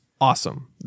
Awesome